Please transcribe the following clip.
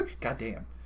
Goddamn